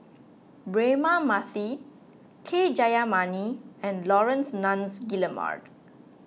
Braema Mathi K Jayamani and Laurence Nunns Guillemard